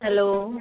hello